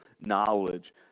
knowledge